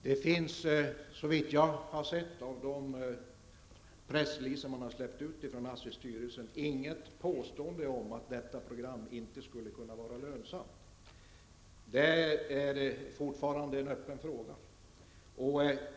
Herr talman! Det finns, såvitt jag har sett, i den pressrelease som ASSIs styrelse har släppt ut inget påstående om att programmet inte skulle kunna vara lönsamt. Det är fortfarande en öppen fråga.